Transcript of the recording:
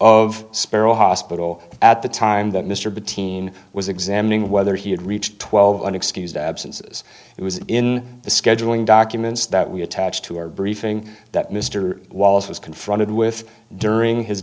of sparrow hospital at the time that mr buttin was examining whether he had reached twelve and excused absences it was in the scheduling documents that we attached to our briefing that mr wallace was confronted with during his